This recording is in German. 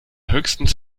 höchstens